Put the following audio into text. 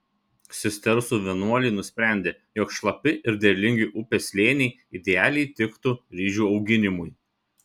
cistersų vienuoliai nusprendė jog šlapi ir derlingi upės slėniai idealiai tiktų ryžių auginimui